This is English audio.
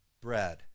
bread